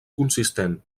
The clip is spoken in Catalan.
consistent